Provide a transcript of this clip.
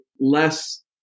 less